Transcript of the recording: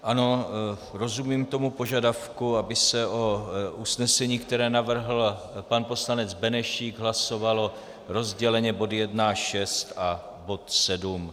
Ano, rozumím tomu požadavku, aby se o usnesení, které navrhl pan poslanec Benešík, hlasoval rozděleně bod 1 až 6 a bod 7.